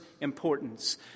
importance